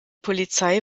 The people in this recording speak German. polizei